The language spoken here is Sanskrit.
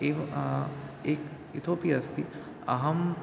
एव एक् इतोऽपि अस्ति अहं